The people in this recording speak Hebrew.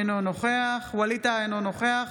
אינו נוכח ווליד טאהא, אינו נוכח